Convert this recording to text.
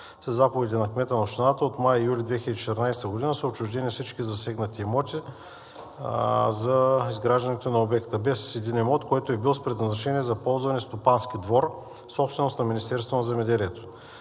Със заповеди на кмета на общината от май и юли 2014 г. са отчуждени всички засегнати имоти за изграждането на обекта без един имот, който е бил с предназначение за ползване „стопански двор“, собственост на Министерството на земеделието.